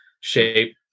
shape